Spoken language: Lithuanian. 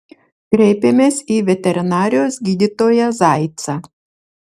kreipėmės į veterinarijos gydytoją zaicą